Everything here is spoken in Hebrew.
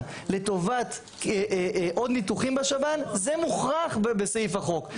לטובת עוד ניתוחים בשב"ן זה מוכרח בסעיף החוק,